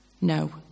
No